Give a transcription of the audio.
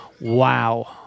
wow